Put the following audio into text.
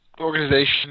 organization